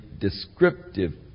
descriptive